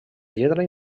lletra